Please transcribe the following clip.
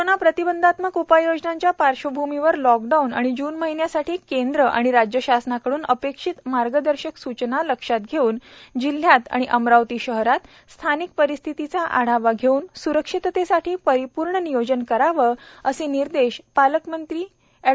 corona प्रतिबंधात्मक उपाययोजनांच्या पार्श्वभूमीवर लॉकडाऊन आणि जून महिन्यासाठी केंद्र व राज्य शासनाकड्रन अपेक्षित मार्गदर्शक सूचना लक्षात घेऊन जिल्ह्यात व अमरावती शहरात स्थानिक परिस्थितीचा आढावा घेऊन स्रक्षिततेसाठी परिपूर्ण नियोजन करावे असे निर्देश पालकमंत्री एड